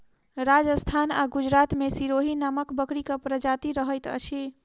राजस्थान आ गुजरात मे सिरोही नामक बकरीक प्रजाति रहैत अछि